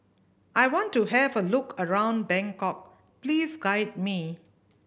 I want to have a look around Bangkok please guide me